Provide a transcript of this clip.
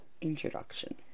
introduction